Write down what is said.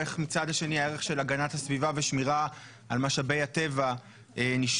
איך מהצד השני הערך של הגנת הסביבה ושמירה על משאבי הטבע נשמר?